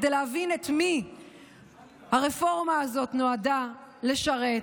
כדי להבין את מי הרפורמה הזאת נועדה לשרת.